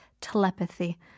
telepathy